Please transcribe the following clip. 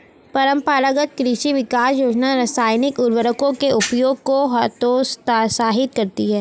परम्परागत कृषि विकास योजना रासायनिक उर्वरकों के उपयोग को हतोत्साहित करती है